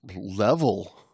level